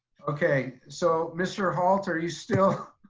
okay so mr. halt, are you still